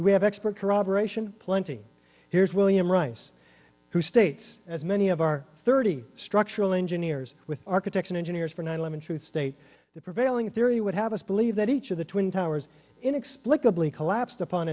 we have expert corroboration plenty here's william rice who states as many of our thirty structural engineers with architects and engineers for nine eleven truth state the prevailing theory would have us believe that each of the twin towers inexplicably collapsed upon